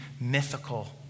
mythical